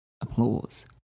applause